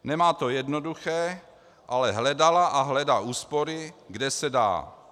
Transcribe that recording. Nemá to jednoduché, ale hledala a hledá úspory, kde se dá.